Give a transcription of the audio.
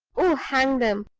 oh, hang em!